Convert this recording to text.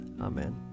Amen